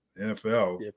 NFL